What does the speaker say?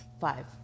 Five